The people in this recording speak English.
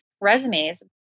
resumes